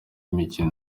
mikino